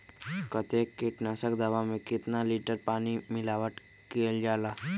कतेक किटनाशक दवा मे कितनी लिटर पानी मिलावट किअल जाई?